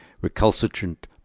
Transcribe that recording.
recalcitrant